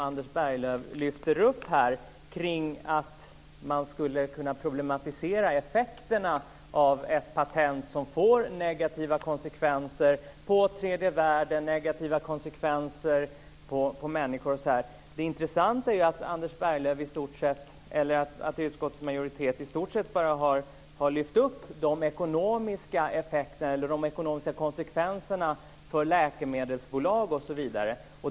Anders Berglöv lyfter här upp aspekten att man skulle kunna problematisera effekterna av ett patent som får negativa konsekvenser för tredje världen och för människor. Det är intressanta är ju att utskottets majoritet i stort sett bara har lyft upp de ekonomiska konsekvenserna för läkemedelsbolag osv.